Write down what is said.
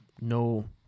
No